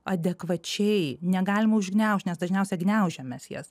adekvačiai negalima užgniaužt nes dažniausiai gniaužiam mes jas